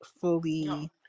fully